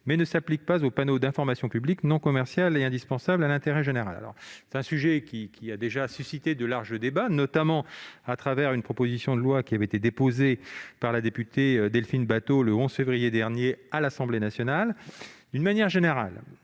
mais ne s'appliquerait pas aux panneaux d'information publique non commerciale et aux panneaux indispensables à l'intérêt général. Ce sujet a déjà suscité de larges débats, notamment lors de l'examen de la proposition de loi déposée par la députée Delphine Batho le 11 février dernier à l'Assemblée nationale. D'une manière générale,